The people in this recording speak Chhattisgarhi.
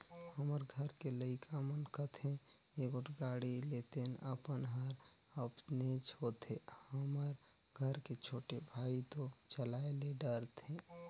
हमर घर के लइका मन कथें एगोट गाड़ी लेतेन अपन हर अपनेच होथे हमर घर के छोटे भाई तो चलाये ले डरथे